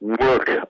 work